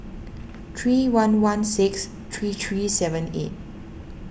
three one one six three three seven eight